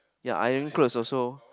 ya iron clothes also